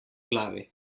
glavi